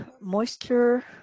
moisture